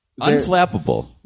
unflappable